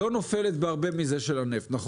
מדינת ישראל צריכה למסות נסועה גם של זה וגם של זה.